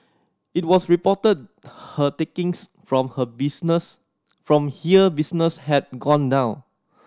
it was reported her takings from her business from here business had gone down